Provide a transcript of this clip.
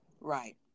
Right